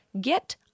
get